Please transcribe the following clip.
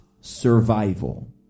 Survival